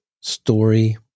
story